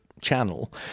channel